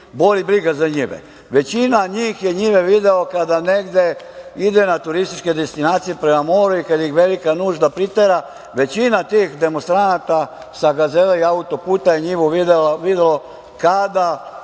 boli briga za njive. Većina njih je njive videlo kada negde ide na turističke destinacije prema moru i kada ih velika nužda pritera. Većina tih demonstranata sa Gazele i autoputa je njivu videlo kada